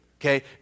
okay